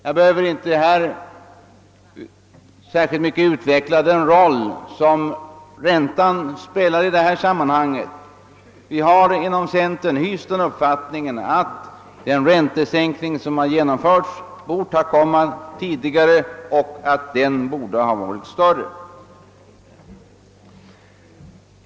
Jag behöver inte särskilt gå in på den roll som räntan spelar i sammanhanget men jag vill säga att vi inom centern har haft den uppfattningen att den räntesänkning som senast genomfördes borde ha kommit tidigare och varit större.